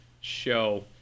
show